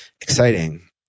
exciting